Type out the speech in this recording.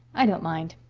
i don't mind.